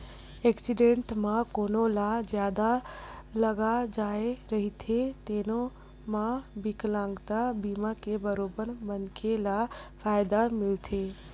accident म कोनो ल जादा लाग जाए रहिथे तेनो म बिकलांगता बीमा के बरोबर मनखे ल फायदा मिलथे